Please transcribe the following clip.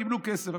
קיבלו כסף.